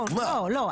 לא,